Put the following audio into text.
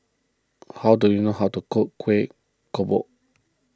how do you know how to cook Kueh Kodok